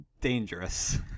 dangerous